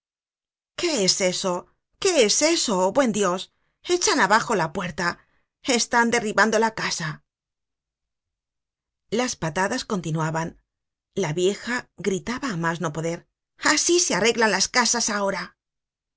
qué es eso qué es eso buen dios echan abajo la puerta j están derribando la casa las patadas continuaban la vieja gritaba á mas no poder asi se arreglan las casas ahora